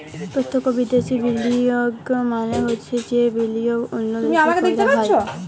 পত্যক্ষ বিদ্যাশি বিলিয়গ মালে হছে যে বিলিয়গ অল্য দ্যাশে ক্যরা হ্যয়